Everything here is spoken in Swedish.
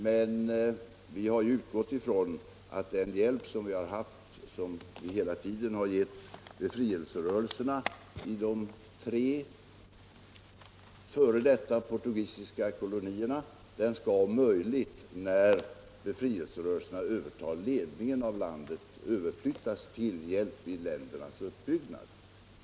Men vi har utgått ifrån att den hjälp vi hela tiden givit befrielserörelserna i de tre f.d. portugisiska kolonierna om möjligt skall överflyttas till hjälp till ländernas uppbyggnad när befrielserörelserna övertar ledningen av länderna. Så har skett när det gäller Guinea-Bissau.